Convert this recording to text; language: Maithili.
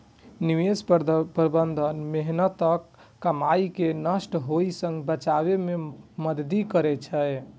निवेश प्रबंधन मेहनतक कमाई कें नष्ट होइ सं बचबै मे मदति करै छै